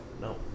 No